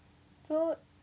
so